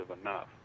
enough